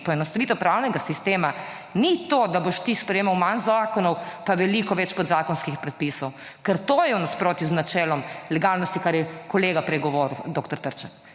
poenostavitev pravnega sistema ni to, da boš ti sprejemal manj zakonov pa veliko več kot zakonskih predpisov, ker to je v nasprotju z načelom legalnosti, kar je koleg prej govoril, dr. Trček,